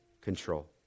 control